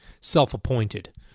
Self-appointed